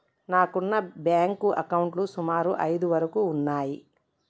నాకున్న బ్యేంకు అకౌంట్లు సుమారు ఐదు వరకు ఉన్నయ్యి